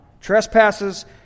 Trespasses